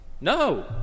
No